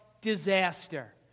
disaster